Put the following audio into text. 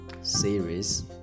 series